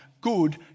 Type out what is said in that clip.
good